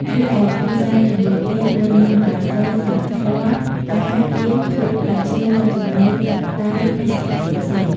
រីឯគ្រឿងសែនជំនាងផ្ទះរួមមានបាយសី ស្លាធម៌ ផ្កា ទៀន ធូប ផ្លែឈើ នំចំណី ទឹក តែ ឬភេសជ្ជៈផ្សេងៗ។